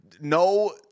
no